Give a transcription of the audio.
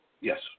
Yes